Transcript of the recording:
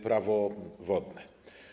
Prawo wodne.